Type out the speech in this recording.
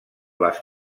les